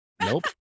Nope